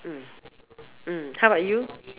mm how about you